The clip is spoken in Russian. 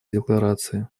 декларации